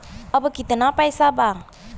अब कितना पैसा बा?